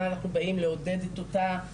מה אנחנו באים לעודד אותה,